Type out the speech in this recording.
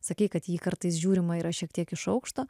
sakei kad į jį kartais žiūrima yra šiek tiek iš aukšto